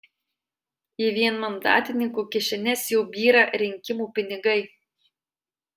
į vienmandatininkų kišenes jau byra rinkimų pinigai